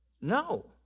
no